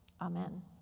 Amen